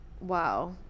Wow